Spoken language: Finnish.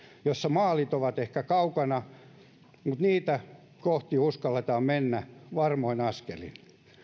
jossa maalit ovat ehkä kaukana mutta niitä kohti uskalletaan mennä varmoin askelin